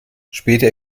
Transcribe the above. später